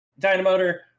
Dynamotor